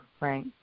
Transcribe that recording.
right